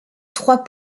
trois